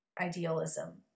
idealism